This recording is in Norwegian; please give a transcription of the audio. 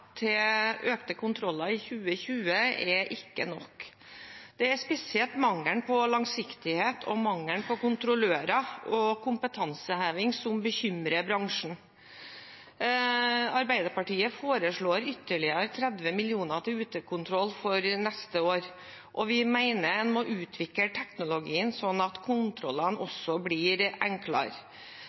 til økte kontroller i 2020 er ikke nok. Det er spesielt mangelen på langsiktighet og mangelen på kontrollører og kompetanseheving som bekymrer bransjen. Arbeiderpartiet foreslår ytterligere 30 mill. kr til utekontroll for neste år, og vi mener en må utvikle teknologien sånn at kontrollene blir enklere.